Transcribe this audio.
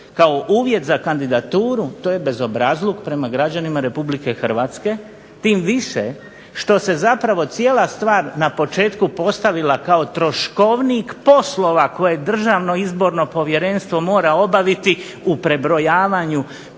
kao uvjet za kandidaturu to je bezobrazluk prema građanima RH tim više što se zapravo cijela stvar na početku postavila kao troškovnik poslova koje Državno izborno povjerenstvo mora obaviti u prebrojavanju potpisa